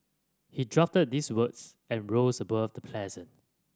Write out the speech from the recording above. he drafted these words and rose above the present